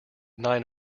nine